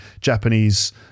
Japanese